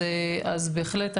אז בהחלט,